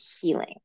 healing